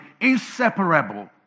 inseparable